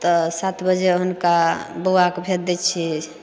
तऽ सात बजे हुनका बौआके भेज दै छियै